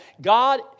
God